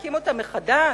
ולהקים אותם מחדש?